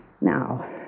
Now